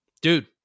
Dude